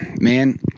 man